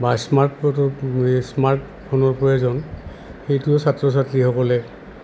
বা স্মাৰ্ট স্মাৰ্টফোনৰ প্ৰয়োজন সেইটো ছাত্ৰ ছাত্ৰীসকলে